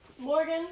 Morgan